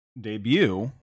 debut